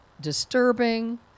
disturbing